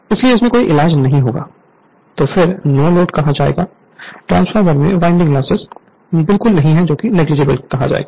इसलिए इसमें कोई इलाज नहीं होगा या फिर नो लोड कहा जाएगा ट्रांसफार्मर में वाइंडिंग लॉस नेगलिजिबल है